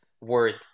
word